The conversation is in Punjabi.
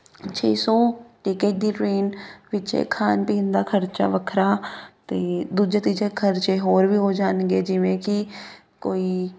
ਛੇ ਸੌ ਟਿਕਟ ਦੀ ਟਰੇਨ ਵਿੱਚ ਇਹ ਖਾਣ ਪੀਣ ਦਾ ਖਰਚਾ ਵੱਖਰਾ ਅਤੇ ਦੂਜੇ ਤੀਜੇ ਖਰਚੇ ਹੋਰ ਵੀ ਹੋ ਜਾਣਗੇ ਜਿਵੇਂ ਕਿ ਕੋਈ